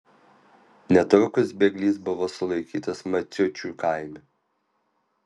netrukus bėglys buvo sulaikytas maciučių kaime